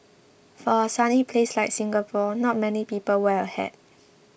for a sunny place like Singapore not many people wear a hat